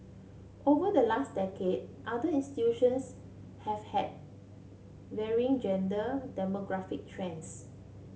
over the last decade other institutions have had varying gender demographic trends